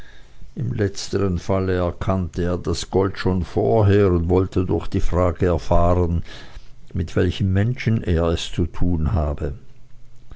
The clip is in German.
im letztern fall erkannte er das gold schon vorher und wollte durch die frage erfahren mit welchem menschen er zu tun habe